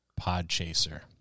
Podchaser